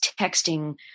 texting